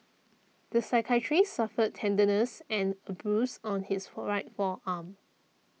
the psychiatrist suffered tenderness and a bruise on his right forearm